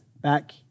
back